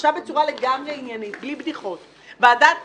עכשיו בצורה לגמרי עניינית בלי בדיחות ועדת